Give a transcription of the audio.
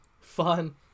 fun